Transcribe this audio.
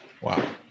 Wow